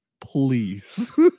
please